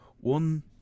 One